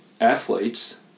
athletes